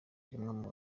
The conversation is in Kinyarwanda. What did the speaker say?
muri